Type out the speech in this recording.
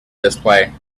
display